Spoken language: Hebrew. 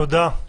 תודה,